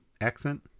accent